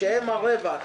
שהם הרווח: